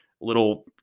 little